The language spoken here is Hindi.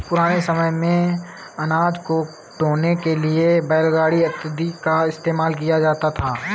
पुराने समय मेंअनाज को ढोने के लिए बैलगाड़ी इत्यादि का इस्तेमाल किया जाता था